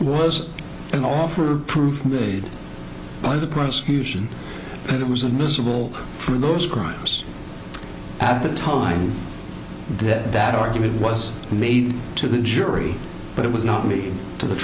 was an offer proof made by the prosecution that it was a miserable for those crimes at the time that that argument was made to the jury but it was not me to the